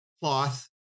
cloth